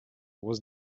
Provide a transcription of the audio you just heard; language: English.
was